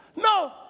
No